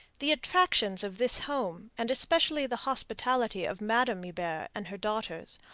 the attractions of this home, and especially the hospitality of madame hebert and her daughters,